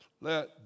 let